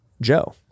Joe